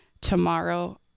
Tomorrow